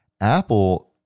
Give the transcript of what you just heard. Apple